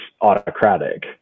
autocratic